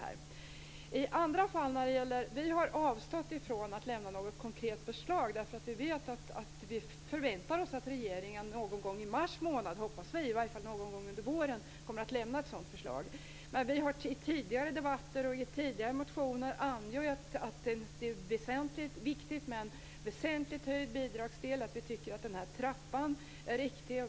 Vi har avstått från att lägga fram något konkret förslag därför att vi förväntar oss att regeringen någon gång i mars månad eller åtminstone någon under våren kommer att lägga fram ett sådant förslag. Men vi har i tidigare debatter och i tidigare motioner angett att det är viktigt med en väsentlig höjning av bidragsdelen och att vi tycker att denna trappa är riktig.